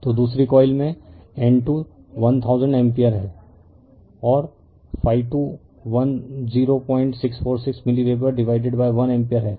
तो दूसरी कॉइल में N2 1000 एम्पीयर है और ∅2 1 0646 milli weber divided by 1 ampere है